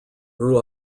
grew